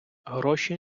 гроші